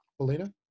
Belina